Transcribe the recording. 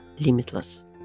limitless